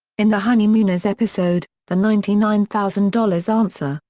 in the honeymooners episode, the ninety nine thousand dollars answer,